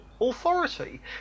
authority